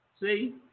See